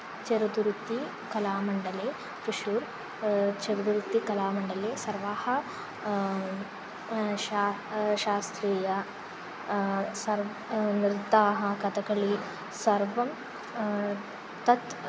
चरुतुरुत्तीकलामण्डले त्रिशूर् चर्वरुत्तिकलामण्डले सर्वाः शा शास्त्रीय सर् नृत्याः कतक्कलि सर्वं तत्